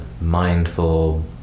mindful